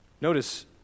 Notice